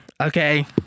Okay